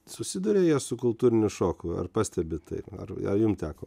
susiduria jie su kultūriniu šoku ar pastebit tai ar ar jum teko